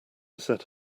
set